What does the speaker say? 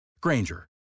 Granger